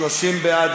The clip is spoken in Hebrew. תצביע.